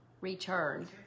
returned